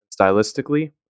stylistically